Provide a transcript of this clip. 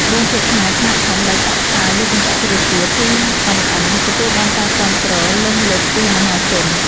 រឿងភាគខ្មែរខ្នាតធំដែលចាក់ផ្សាយលើកញ្ចក់ទូរទស្សន៍ភីអិនអិនទទួលបានការគាំទ្រលើសលប់ពីមហាជន។